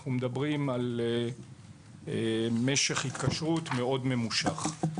אנחנו מדברים על משך התקשרות מאוד ממושך.